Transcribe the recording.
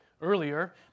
Earlier